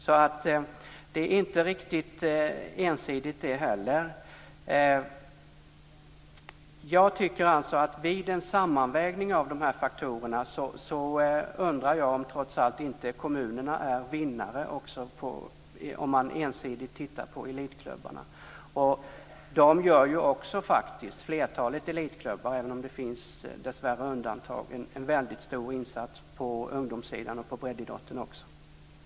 Detta är alltså inte riktigt ensidigt heller. Vid en sammanvägning av dessa faktorer undrar jag om inte kommunerna trots allt är vinnare om man ensidigt tittar på elitklubbarna. Flertalet elitklubbar gör ju också en väldigt stor insats på ungdomssidan och när det gäller breddidrotten, även om det dessvärre finns undantag.